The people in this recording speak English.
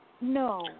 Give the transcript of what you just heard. No